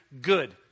good